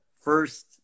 first